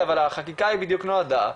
זה בדיוק להיפך.